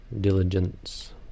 diligence